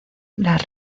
las